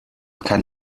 kann